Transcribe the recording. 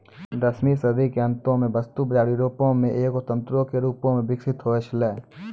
दसवीं सदी के अंतो मे वस्तु बजार यूरोपो मे एगो तंत्रो के रूपो मे विकसित होय छलै